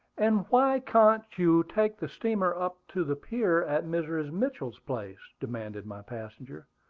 and why can't you take the steamer up to the pier at mrs. mitchell's place? demanded my passenger.